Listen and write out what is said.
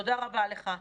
תודה רבה לך.